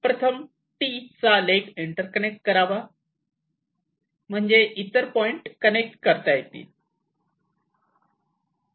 प्रथम T चा leg interconnect करावा म्हणजे इतर पॉईंट कनेक्ट करता येतील